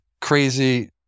crazy